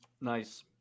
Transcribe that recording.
Nice